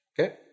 Okay